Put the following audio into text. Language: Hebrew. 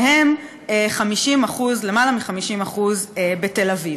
מהם יותר מ-50% בתל-אביב.